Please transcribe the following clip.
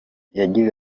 yagize